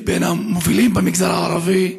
מהמובילים במגזר הערבי: